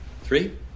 Three